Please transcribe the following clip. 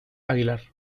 aguilar